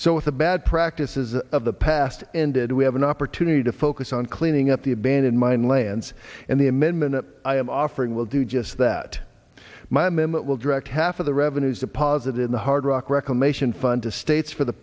the bad practices of the past ended we have an opportunity to focus on cleaning up the abandoned mine lands and the amendment i am offering will do just that my member will direct half of the revenues deposited in the hard rock reclamation fund to states for the